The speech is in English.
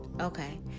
okay